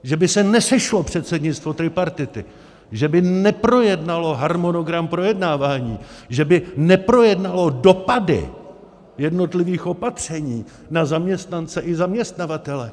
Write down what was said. Že by se nesešlo předsednictvo tripartity, že by neprojednalo harmonogram projednávání, že by neprojednalo dopady jednotlivých opatření na zaměstnance i zaměstnavatele.